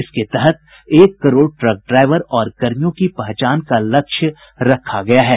इसके तहत एक करोड़ ट्रक ड्राईवर और कर्मियों की पहचान का लक्ष्य रखा गया है